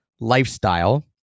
lifestyle